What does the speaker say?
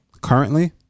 Currently